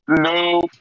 no